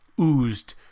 oozed